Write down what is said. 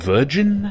Virgin